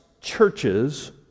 churches